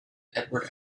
edward